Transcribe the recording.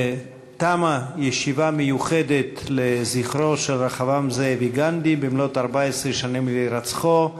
תמה ישיבה מיוחדת לזכרו של רחבעם זאבי גנדי במלאות 14 שנים להירצחו.